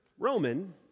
Roman